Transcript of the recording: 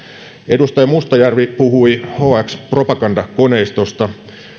edustaja mustajärvi puhui hx propagandakoneistosta